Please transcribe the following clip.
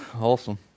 Awesome